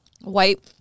White